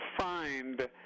find